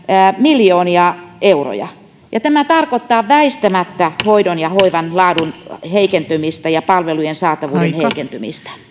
miljoonia euroja ja tämä tarkoittaa väistämättä hoidon ja hoivan laadun heikentymistä ja palvelujen saatavuuden heikentymistä